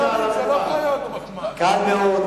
קל מאוד,